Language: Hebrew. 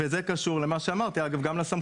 זה קשור גם לסמכויות.